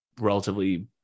relatively